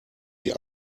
sie